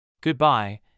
Goodbye